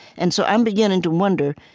and so i'm beginning to wonder,